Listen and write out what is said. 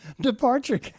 departure